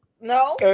No